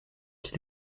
qui